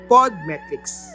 Podmetrics